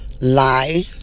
lie